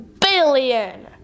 billion